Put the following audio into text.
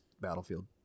Battlefield